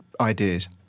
ideas